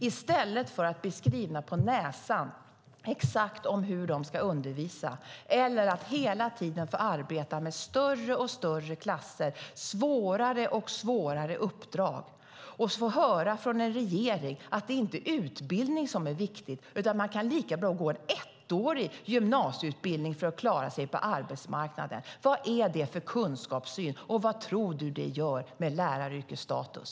I stället blir de skrivna på näsan exakt hur de ska undervisa, de får hela tiden arbeta med större och större klasser och de får svårare och svårare uppdrag. Sedan får de höra från regeringen att det inte är utbildning som är viktigt utan att eleverna kan lika bra gå en ettårig gymnasieutbildning för att klara sig på arbetsmarknaden. Vad är det för kunskapssyn, och vad tror du det gör med läraryrkets status?